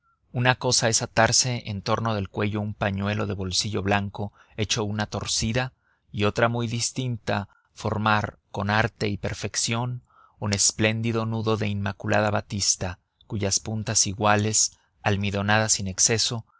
una cosa es atarse en torno del cuello un pañuelo de bolsillo blanco hecho una torcida y otra muy distinta formar con arte y perfección un espléndido nudo de inmaculada batista cuyas puntas iguales almidonadas sin exceso